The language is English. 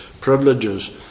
privileges